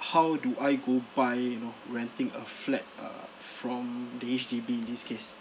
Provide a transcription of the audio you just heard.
how do I go by you know renting a flat uh from the H_D_B in this case